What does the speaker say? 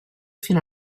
fino